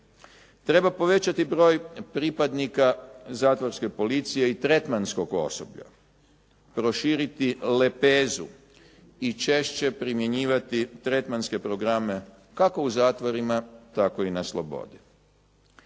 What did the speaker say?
Treba povećati broj pripadnika zatvorske policije i tretmanskog osoblja, proširiti lepezu i češće primjenjivati tretmanske programe kako u zatvorima, tako i na slobodi.